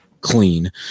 clean